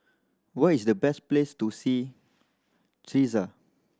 what is the best place to see